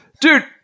Dude